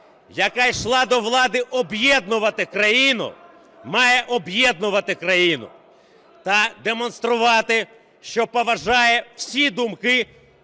яка йшла до влади об'єднувати країну, має об'єднувати країну та демонструвати, що поважає всі думки